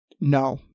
No